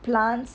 plants